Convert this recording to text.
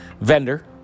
vendor